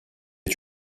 est